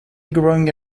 growing